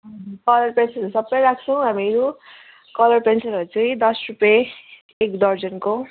colour पेन्सिलहरू सबै राख्छु हामीहरू कलर पेन्सिलहरू चाहिँ दस रुपियाँ एक दर्जनको